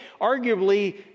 arguably